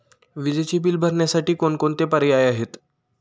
विजेचे बिल भरण्यासाठी कोणकोणते पर्याय आहेत?